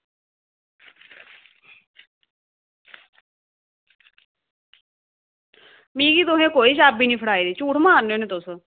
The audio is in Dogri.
मिगी तुसों कोई चाभी निं फड़ाई झूठ मारने होने तुस